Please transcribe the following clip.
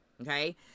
okay